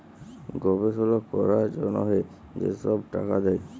গবেষলা ক্যরার জ্যনহে যে ছব টাকা দেয়